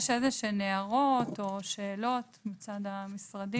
יש איזה שהן הערות או שאלות מצד המשרדים?